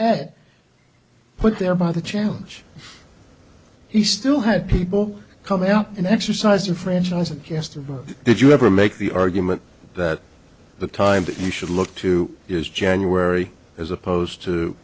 head put there by the challenge he still had people come out and exercise your franchise and cast a vote did you ever make the argument that the time that you should look to is january as opposed to